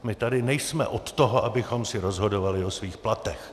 My tady nejsme od toho, abychom si rozhodovali o svých platech!